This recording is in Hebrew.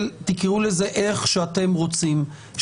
תקראו לזה איך שאתם רוצים,